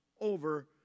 over